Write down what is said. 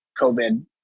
COVID